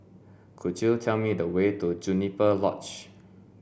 could you tell me the way to Juniper Lodge